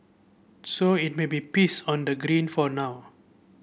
so it may be peace on the green for now